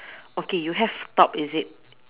okay you have top is it